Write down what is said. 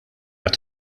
għat